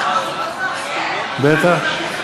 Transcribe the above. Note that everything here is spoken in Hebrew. יעזרו לשקופים, בטח.